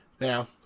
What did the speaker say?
Now